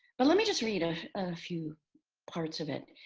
but let me just read a few parts of it.